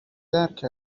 درک